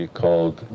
called